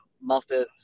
muffins